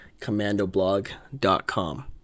commandoblog.com